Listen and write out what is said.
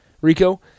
Rico